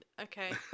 Okay